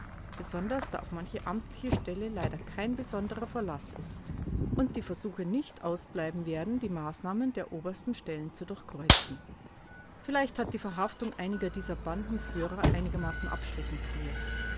besonders da auf manche amtliche stelle leider kein besonderer verlaß ist und die versuche nicht ausbleiben werden die maßnahmen der obersten stellen zu durchkreuzen vielleicht hat die verhaftung einiger dieser bandenführer einigermaßen abschreckend gewirkt